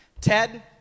Ted